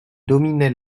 dominait